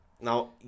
Now